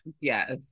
yes